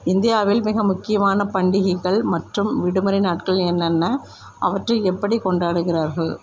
இந்தியாவில் மிக முக்கியமான பண்டிகைகள் மற்றும் விடுமுறை நாட்கள் என்னென்ன அவற்றை எப்படி கொண்டாடுகிறார்கள்